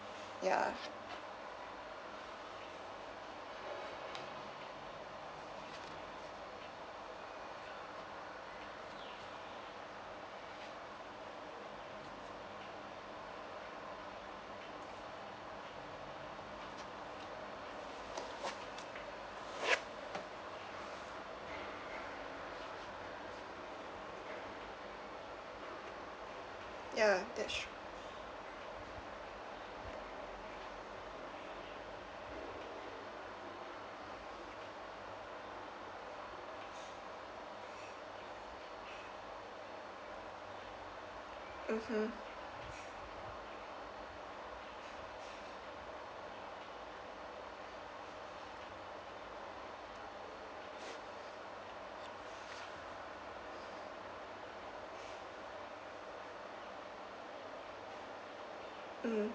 ya ya that's true mmhmm mm